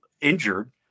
injured